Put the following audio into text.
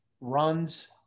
runs